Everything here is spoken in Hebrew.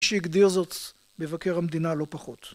מי שהגדיר זאת מבקר המדינה לא פחות.